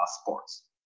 sports